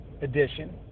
Edition